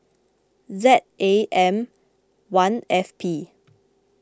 Z A M one F P